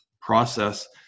process